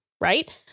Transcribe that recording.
Right